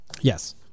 Yes